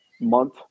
month